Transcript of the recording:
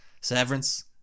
severance